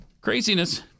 Craziness